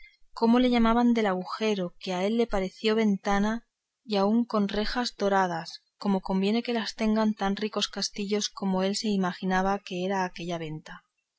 cómo le llamaban del agujero que a él le pareció ventana y aun con rejas doradas como conviene que las tengan tan ricos castillos como él se imaginaba que era aquella venta